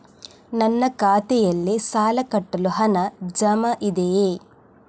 ನನ್ನ ಖಾತೆಯಲ್ಲಿ ಸಾಲ ಕಟ್ಟಲು ಹಣ ಜಮಾ ಇದೆಯೇ?